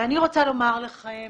אני רוצה לומר לכם,